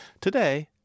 Today